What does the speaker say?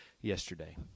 yesterday